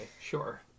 sure